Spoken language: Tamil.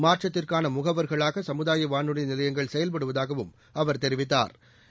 மாற்றத்திற்கான முகவர்களாக சமுதாய வானொலி நிலையங்கள் செயல்படுவதாகவும் அவர் தெரிவித்தாா்